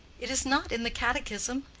it is not in the catechism.